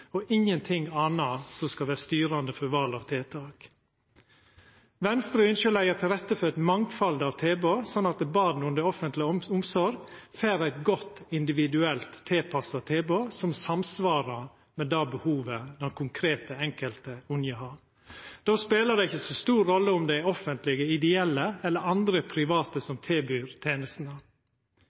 og ingenting anna som skal vera styrande for val av tiltak. Venstre ønskjer å leggja til rette for eit mangfald av tilbod slik at born under offentleg omsorg får eit godt individuelt tilpassa tilbod som samsvarer med det behovet den konkrete enkelte ungen har. Då spelar det ikkje så stor rolle om det er offentlege ideelle eller andre private som tilbyr tenestene.